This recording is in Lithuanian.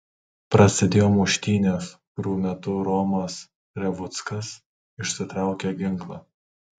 prasidėjo muštynės kurių metu romas revuckas išsitraukė ginklą